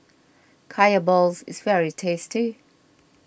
Kaya Balls is very tasty